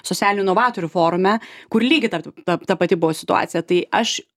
socialinių novatorių forume kur lygiai tar ta ta pati buvo situacija tai aš